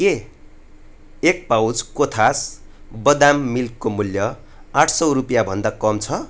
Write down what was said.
के एक पाउच कोथास बदाम मिल्कको मूल्य आठ सौ रुपियाँभन्दा कम छ